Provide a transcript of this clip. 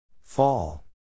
Fall